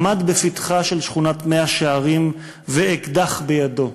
עמד בפתחה של שכונת מאה-שערים ואקדח בידו.